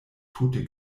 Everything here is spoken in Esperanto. tute